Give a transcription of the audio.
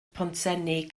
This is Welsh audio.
pontsenni